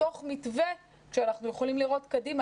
בתוך מתווה שאנחנו יכולים לראות קדימה